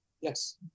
Yes